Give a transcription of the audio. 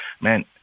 man